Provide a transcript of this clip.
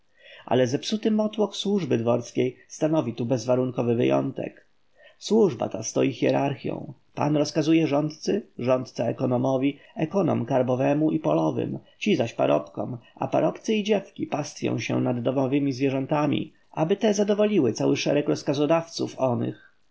ale zepsuty motłoch służby dworskiej stanowi tu bezwarunkowy wyjątek służba ta stoi hierarchią pan rozkazuje rządcy rządca ekonomowi ekonom karbowemu i polowym ci zaś parobkom a parobcy i dziewki pastwią się nad domowemi zwierzętami aby te zadowoliły cały szereg rozkazodawców onych